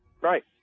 Right